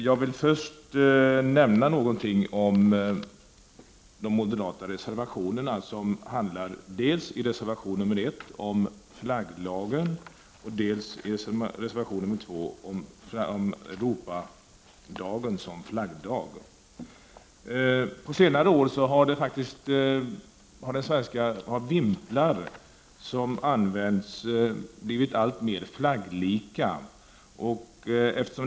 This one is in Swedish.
Jag vill först säga något om de moderata reservationerna. Reservation 1 handlar om flagglagen och reservation 2 om Europadagen som flaggdag. På senare år har vimplar som används blivit alltmer flagglika.